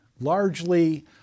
largely